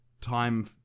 time